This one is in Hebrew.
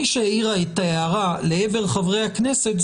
מי שהעירה את ההערה לעבר חברי הכנסת,